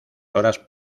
horas